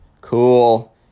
Cool